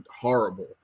horrible